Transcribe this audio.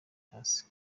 hasi